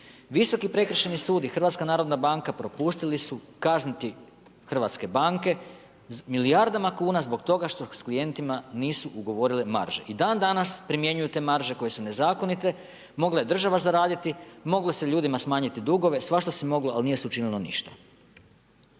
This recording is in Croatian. Visoki prekršajni sud i HNB propustili su kazniti hrvatske banke milijardama kuna zbog toga što s klijentima nisu ugovorile marže. I dandanas primjenjuju te marže koje su nezakonite, mogla je država zaraditi, moglo se ljudima smanjiti dugove, svašta se moglo ali nije se učinilo ništa.